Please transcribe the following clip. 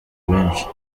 benshi